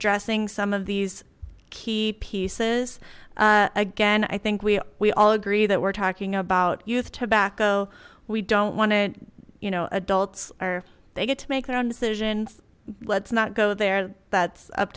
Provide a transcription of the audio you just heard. addressing some of these key pieces again i think we we all agree that we're talking about youth tobacco we don't want to you know adults or they get to make their own decisions let's not go there that's up